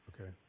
Okay